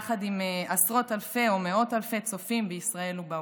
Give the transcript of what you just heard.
יחד עם עשרות אלפי או מאות אלפי צופים בישראל ובעולם.